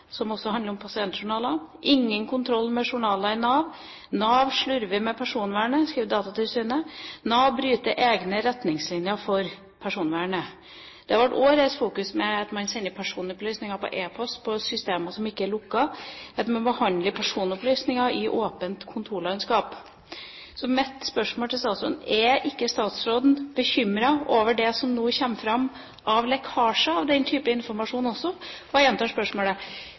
som også handler om pasientjournaler, «Ingen kontroll med journalene i Nav», «Nav slurver med personvern» – det skriver Datatilsynet, og «Nav bryter egne retningslinjer for personvern». Det har også vært rettet fokus mot at man sender personopplysninger på e-post på systemer som ikke er lukket, og at man behandler personopplysninger i åpent kontorlandskap. Så mitt spørsmål til statsråden er: Er ikke statsråden bekymret over det som nå kommer fram av lekkasjer av den type informasjon også? Jeg gjentar spørsmålet: